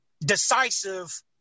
decisive